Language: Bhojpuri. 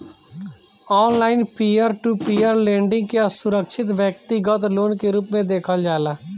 online peer to peer lending के असुरक्षित व्यतिगत लोन के रूप में देखल जाला